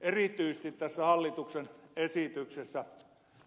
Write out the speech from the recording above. erityisesti tässä hallituksen esityksessä